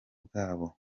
bwabo